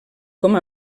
com